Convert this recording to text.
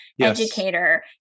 educator